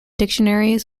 dictionaries